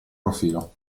profilo